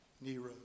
Nero